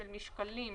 של משקלים,